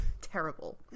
terrible